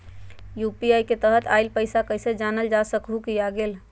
UPI के तहत आइल पैसा कईसे जानल जा सकहु की आ गेल?